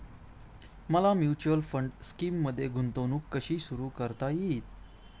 मला mutual fund स्कीममध्ये गुंतवणूक कशी सुरू करता येईल?